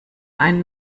ein